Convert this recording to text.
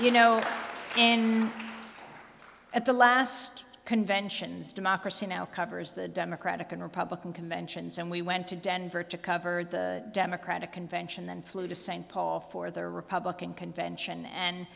thanks at the last conventions democracy now covers the democratic and republican conventions and we went to denver to cover the democratic convention then flew to st paul for the republican convention and